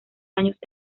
años